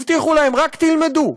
הבטיחו להם: רק תלמדו,